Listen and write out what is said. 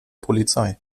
polizei